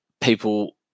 people